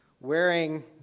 wearing